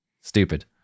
stupid